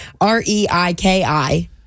R-E-I-K-I